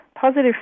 positive